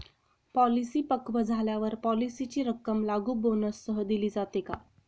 Policy पक्व झाल्यावर पॉलिसीची रक्कम लागू बोनससह दिली जाते का?